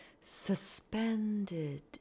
Suspended